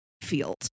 field